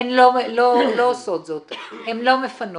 הן לא עושות זאת, הן לא מפנות.